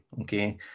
okay